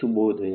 ಶುಭೋದಯ